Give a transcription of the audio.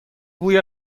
بوی